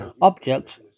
objects